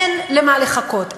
אין למה לחכות.